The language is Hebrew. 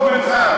הוא לא רחוק ממך,